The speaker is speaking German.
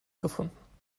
gefunden